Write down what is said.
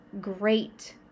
great